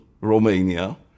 Romania